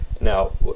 Now